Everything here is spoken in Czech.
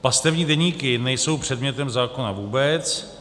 Pastevní deníky nejsou předmětem zákona vůbec.